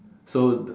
so the